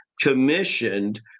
commissioned